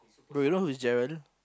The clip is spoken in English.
bro you know who is Gerald